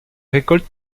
récoltes